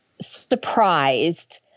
surprised